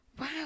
Wow